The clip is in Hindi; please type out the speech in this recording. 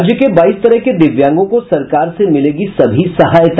राज्य के बाईस तरह के दिव्यांगों को सरकार से मिलेगी सभी सहायता